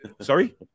Sorry